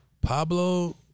Pablo